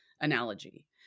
analogy